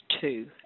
two